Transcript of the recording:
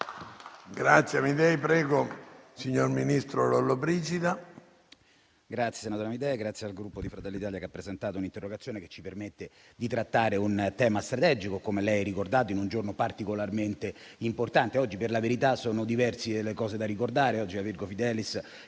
il senatore Amidei e il Gruppo Fratelli d'Italia, che ha presentato un'interrogazione che ci permette di trattare un tema strategico, come lei ha ricordato, in un giorno particolarmente importante. Oggi per la verità sono diverse le cose da ricordare: